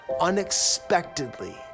Unexpectedly